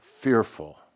fearful